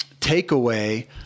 takeaway